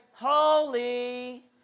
Holy